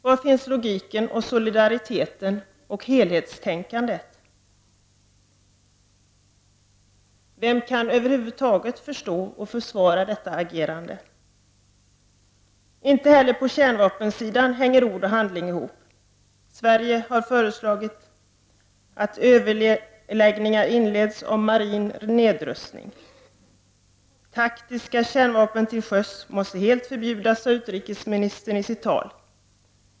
Var finns logiken, solidariteten och helhetstänkandet? Vem kan över huvud taget förstå eller försvara detta? Inte heller på kärnvapensidan hänger ord och handling ihop. Sverige har föreslagit att överläggningar inleds om marin nedrustning. Taktiska kärnvapen till sjöss måste helt förbjudas, sade utrikesministern i sitt tal.